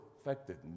affected